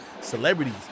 celebrities